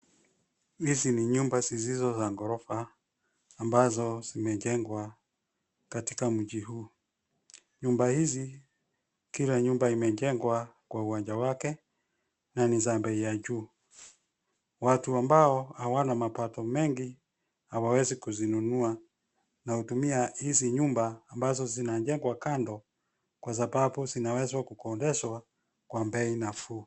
Hizi ni nyumba zisizo za ghorofa ambazo zimejengwa katika mji huu. Nyumba hizi, kila nyumba imejengwa kwa uwanja wake na ni za bei ya juu. Watu ambao hawana mapato mengi hawawezi kuzinunua na hutumia hizi nyumba ambazo zinajengwa kando, kwa sababu zinaweza kukodishwa kwa bei nafuu.